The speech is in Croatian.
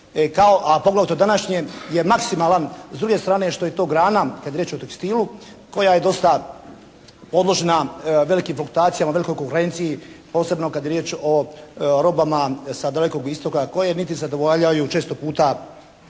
a poglavito današnje bio je maksimalan. S druge strane što je to grana kada je riječ o tekstilu koja je dosta podložna velikim fluktacijama, velikoj konkurenciji posebno kada je riječ o robama sa Dalekog Istoka koje niti zadovoljavaju često puta